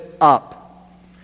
up